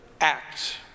act